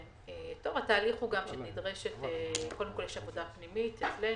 התהליך הוא שקודם כל יש עבודה פנימית אצלנו,